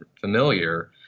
familiar